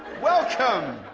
welcome